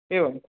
एवं